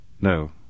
No